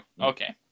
Okay